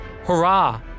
hurrah